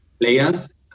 players